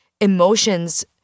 Emotions